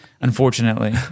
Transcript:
unfortunately